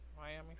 Miami